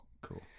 Cool